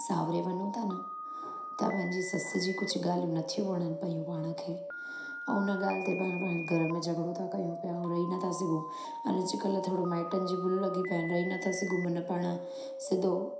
साहुरे वञूं था न त पंहिंजी सस जी कुझु ॻाल्हियूं नथियूं वणनि पयूं पाण खे ऐं उन ॻाल्हि ते पाण पा घर में झॻड़ो था कयूं पिया रही नथा सघूं अने अॼु कल्ह थोरो माइटनि जूं भुलूं लॻियूं पयूं आहिनि रही नथा सघूं मन पाण सिधो